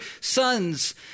sons